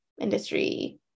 industry